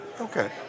Okay